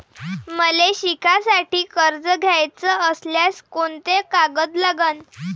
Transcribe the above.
मले शिकासाठी कर्ज घ्याचं असल्यास कोंते कागद लागन?